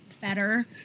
better